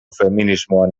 feminismoan